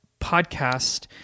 podcast